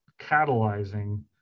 catalyzing